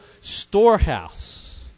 storehouse